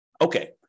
Okay